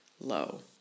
low